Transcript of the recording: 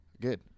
Good